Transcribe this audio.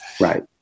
Right